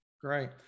Great